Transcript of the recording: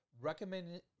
Recommended